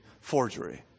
forgery